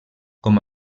com